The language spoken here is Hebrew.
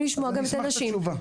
אשמח לתשובה.